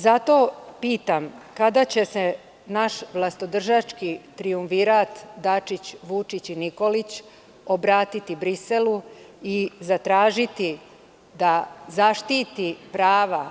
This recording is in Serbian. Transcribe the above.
Zato pitam – kada će se naš vlastodržački trijumvirat Dačić-Vučić-Nikolić obratiti Briselu i zatražiti da zaštiti prava